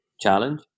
challenge